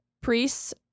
priests